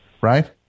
Right